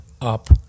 up